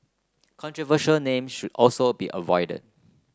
controversial name should also be avoided